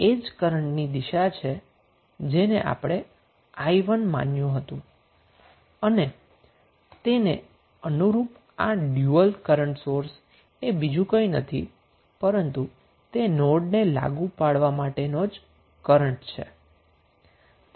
આ એ જ કરન્ટની દિશા છે જેને આપણે i1 ધાર્યું છે અને જો આ કેસ છે તો તેને અનુરૂપ આ ડયુઅલ કરન્ટ સોર્સ એ બીજું કંઈ નથી પરંતુ તે નોડને આપેલો કરન્ટ જ છે